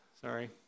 Sorry